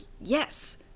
yes